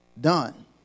done